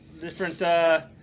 different